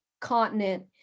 continent